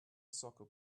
soccer